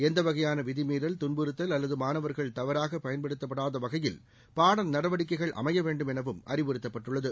எந்த வகையான விதிமீறல் துன்புறுத்தல் அல்லது மாணவர்கள் தவறாக பயன்படுத்தப்படாத வகையில் பாட நடவடிக்கைகள் அமைய வேண்டுமெனவும் அறிவுறுத்தப்பட்டுள்ளது